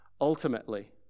ultimately